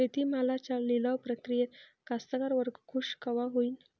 शेती मालाच्या लिलाव प्रक्रियेत कास्तकार वर्ग खूष कवा होईन?